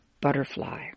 butterfly